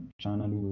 channel